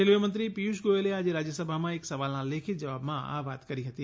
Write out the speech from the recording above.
railway મંત્રી પિયુષ ગોયલે આજે રાજ્યસભામાં એક સવાલના લેખિત જવાબમાં આ વાત કરી હતી